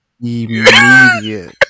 Immediate